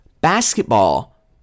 basketball